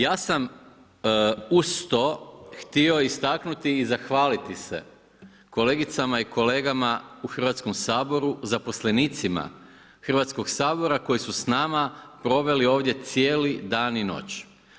Ja sam uz to htio istaknuti i zahvaliti se kolegicama i kolegama u Hrvatskom saboru, zaposlenicima Hrvatskog sabora koji su s nama proveli ovdje cijeli dan i noć.